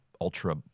ultra